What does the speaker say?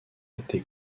été